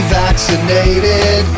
vaccinated